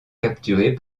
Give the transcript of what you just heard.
capturés